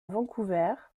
vancouver